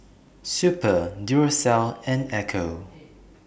Super Duracell and Ecco